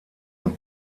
und